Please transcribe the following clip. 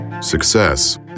Success